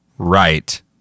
right